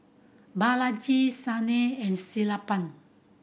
Balaji Sunil and Sellapan